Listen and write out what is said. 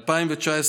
2019,